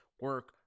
Work